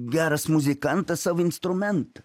geras muzikantas savo instrumentu